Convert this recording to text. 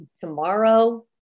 tomorrow